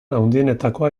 handienetakoa